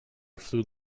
flew